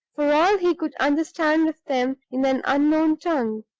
for all he could understand of them, in an unknown tongue.